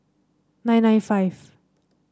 nine nine five